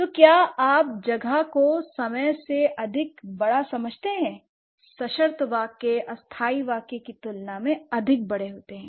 तो क्या आप अंतरिक्ष को समय से अधिक या बड़ा समझते थे सशर्त वाक्य अस्थायी वाक्य की तुलना में अधिक बड़े होते हैं